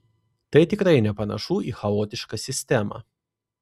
tai tikrai nepanašu į chaotišką sistemą